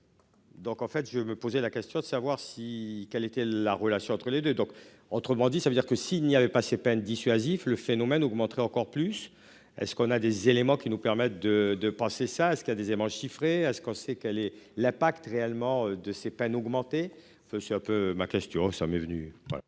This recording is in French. Donc en fait je me posais la question de savoir si qu'elle était la relation entre les deux, donc autrement dit, ça veut dire que si il n'y avait pas ces peines dissuasif le phénomène augmenterait encore plus. Est ce qu'on a des éléments qui nous permettent de de passer ça à ce qu'il y a des éléments chiffrés à ce qu'on sait quel est l'impact réellement de ces pannes augmenter veut c'est un peu ma question, ça m'est venu.